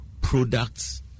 products